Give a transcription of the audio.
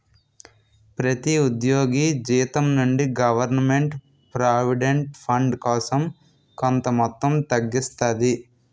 ప్రతి ఉద్యోగి జీతం నుండి గవర్నమెంట్ ప్రావిడెంట్ ఫండ్ కోసం కొంత మొత్తం తగ్గిస్తాది